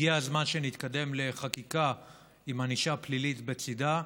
הגיע הזמן שנתקדם לחקיקה עם ענישה פלילית לצידה.